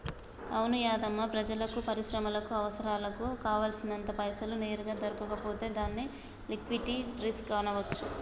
అవును యాధమ్మా ప్రజలకు పరిశ్రమలకు అవసరాలకు కావాల్సినంత పైసలు నేరుగా దొరకకపోతే దాన్ని లిక్విటీ రిస్క్ అనవచ్చంట